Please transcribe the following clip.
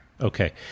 Okay